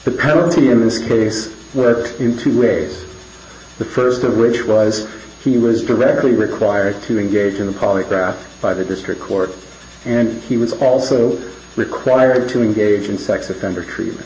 the penalty in this case where in two ways the st of which was he was directly required to engage in a polygraph by the district court and he was also required to engage in sex offender treatment